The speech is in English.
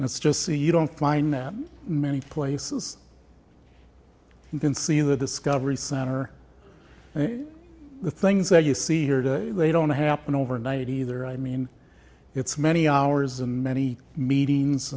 and it's just so you don't find that many places you can see the discovery center the things that you see here today they don't happen overnight either i mean it's many hours and many meetings